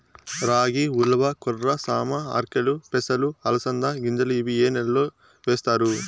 రాగి, ఉలవ, కొర్ర, సామ, ఆర్కెలు, పెసలు, అలసంద గింజలు ఇవి ఏ నెలలో వేస్తారు?